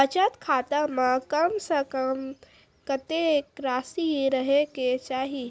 बचत खाता म कम से कम कत्तेक रासि रहे के चाहि?